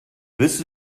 this